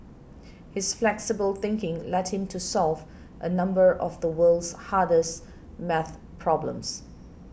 his flexible thinking led him to solve a number of the world's hardest math problems